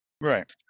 Right